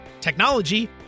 technology